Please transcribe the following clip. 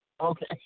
Okay